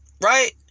right